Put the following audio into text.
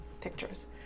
pictures